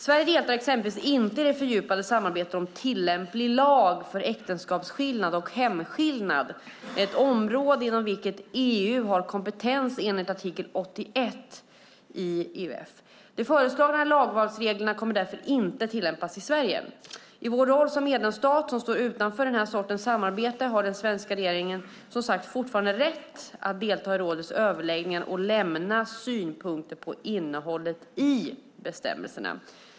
Sverige deltar inte i det fördjupade samarbetet om tillämplig lag för äktenskapsskillnad och hemskillnad, ett område inom vilket EU har kompetens enligt artikel 81 EUF. De föreslagna lagvalsreglerna kommer därför inte att tillämpas i Sverige. I vår roll som medlemsstat som står utanför den här sortens samarbete har den svenska regeringen som sagt fortfarande rätt att delta i rådets överläggningar och lämna synpunkter på innehållet i bestämmelserna.